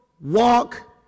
walk